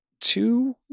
two